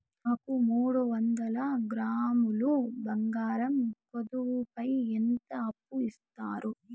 నాకు మూడు వందల గ్రాములు బంగారం కుదువు పైన ఎంత అప్పు ఇస్తారు?